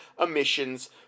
emissions